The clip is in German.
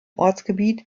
ortsgebiet